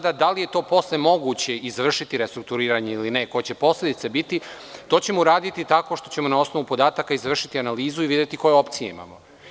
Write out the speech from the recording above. Da li je posle moguće izvršiti restrukturiranje ili ne, koje će posledice biti, to ćemo uraditi tako što ćemo na osnovu podataka izvršiti analizu i videti koje opcije imamo.